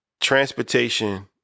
transportation